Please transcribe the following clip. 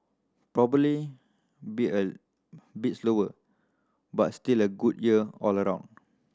probably be a bit slower but still a good year all around